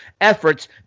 efforts